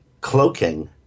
cloaking